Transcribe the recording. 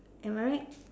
am I right